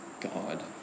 God